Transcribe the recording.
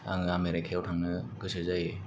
आङो आमेरिकायाव थांनो गोसो जायो